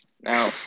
Now